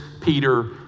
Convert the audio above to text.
Peter